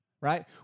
right